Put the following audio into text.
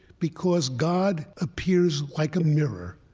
because god appears like a mirror,